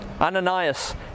Ananias